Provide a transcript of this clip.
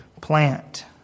plant